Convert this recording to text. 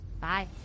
Bye